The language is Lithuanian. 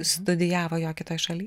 studijavo jo kitoj šaly